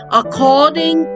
according